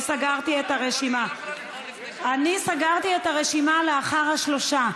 אני סגרתי את הרשימה לאחר השלושה.